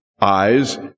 eyes